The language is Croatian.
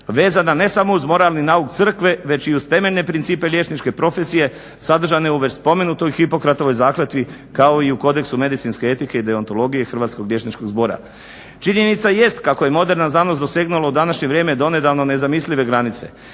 vezana ne samo uz moralni nauk crkve već i uz temeljne principe liječničke profesije sadržane u već spomenutoj Hipokratovoj zakletvi kao i u kodeksu medicinske etike i deontologije Hrvatskog liječničkog zbora. Činjenica jest kako je moderna znanost dosegnula u današnje vrijeme donedavno nezamislive granice.